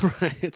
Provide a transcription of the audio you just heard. right